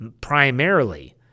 primarily